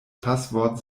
passwort